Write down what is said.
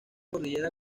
cordillera